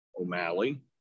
O'Malley